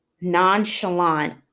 nonchalant